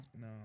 No